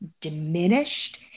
diminished